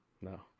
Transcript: no